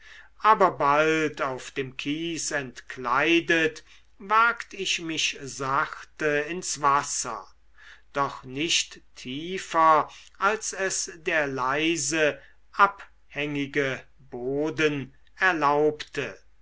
aber bald auf dem kies entkleidet wagt ich mich sachte ins wasser doch nicht tiefer als es der leise abhängige boden erlaubte